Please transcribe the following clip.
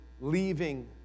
leaving